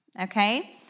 okay